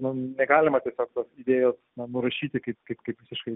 nu negalima tiesiog tos idėjos nurašyti kaip kaip kaip visiškai